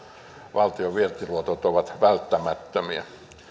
valtion vientiluotot ovat välttämättömiä